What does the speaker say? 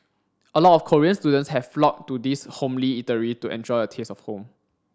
a lot of Korean students have flocked to this homely eatery to enjoy a taste of home